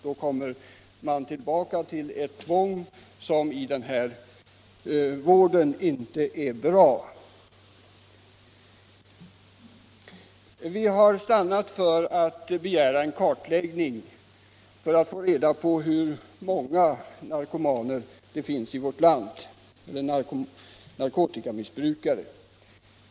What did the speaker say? Då inför man ett tvång som inte är bra i den här vården. Vi har stannat för att begära en kartläggning för att få reda på hur många narkotikamissbrukare det finns i vårt land.